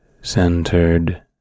centered